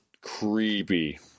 Creepy